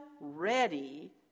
ready